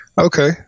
Okay